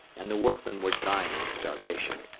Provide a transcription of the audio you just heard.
and the workmen were dying of starvation.